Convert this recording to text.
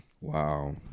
Wow